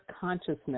consciousness